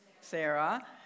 Sarah